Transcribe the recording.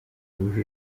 wujuje